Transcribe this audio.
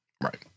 Right